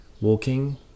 walking